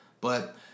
But-